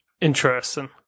Interesting